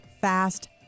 Fast